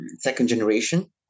second-generation